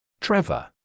Trevor